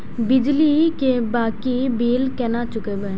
बिजली की बाकी बील केना चूकेबे?